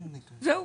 זהו.